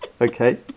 okay